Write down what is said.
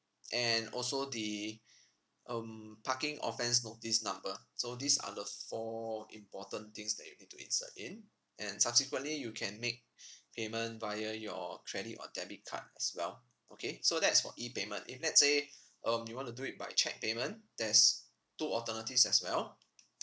and also the um parking offence notice number so these are the four important things that you need to insert in and subsequently you can make payment via your credit or debit card as well okay so that's for E payment if let's say um you wanna do it by cheque payment there's two alternatives as well